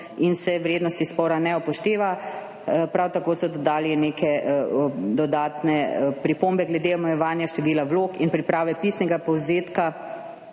in se vrednosti spora ne upošteva. Prav tako so dodali neke dodatne pripombe glede omejevanja števila vlog in priprave pisnega povzetka,